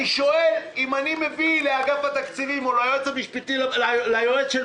אני שואל: ואם אני מביא לאגף התקציבים או ליועץ של משרד